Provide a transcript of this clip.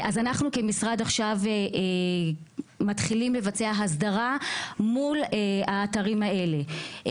אז אנחנו כמשרד עכשיו מתחילים לבצע הסדרה מול האתרים האלה.